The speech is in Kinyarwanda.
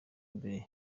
mbere